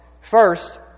First